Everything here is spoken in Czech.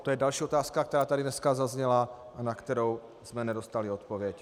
To je další otázka, která tady dneska zazněla a na kterou jsme nedostali odpověď.